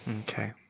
Okay